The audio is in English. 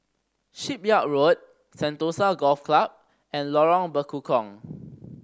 Shipyard Road Sentosa Golf Club and Lorong Bekukong